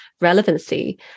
relevancy